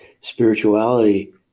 spirituality